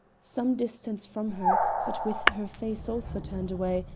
some distance from her, but with her face also turned away,